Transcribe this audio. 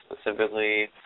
specifically